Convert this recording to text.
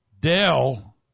Dell